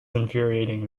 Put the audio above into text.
infuriating